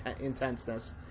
intenseness